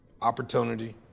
opportunity